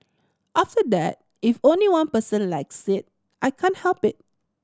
after that if only one person likes it I can't help it